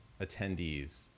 attendees